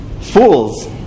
fools